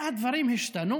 הדברים השתנו